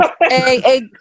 Hey